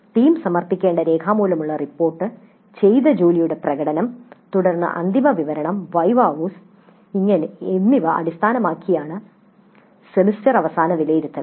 team സമർപ്പിക്കേണ്ട രേഖാമൂലമുള്ള report ചെയ്ത ജോലിയുടെ പ്രകടനം തുടർന്ന് അന്തിമ അവതരണം വിവ വോസ് എന്നിവ അടിസ്ഥാനമാക്കിയാണ് സെമസ്റ്റർ അവസാന വിലയിരുത്തൽ